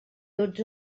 tots